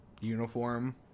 uniform